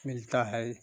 मिलता है